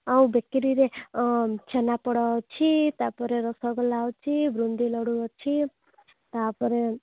ଆଉ ବେକେରୀରେ ଛେନାପୋଡ଼ ଅଛି ତାପରେ ରସଗୋଲା ଅଛି ବୁନ୍ଦି ଲଡ଼ୁ ଅଛି ତାପରେ